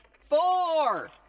four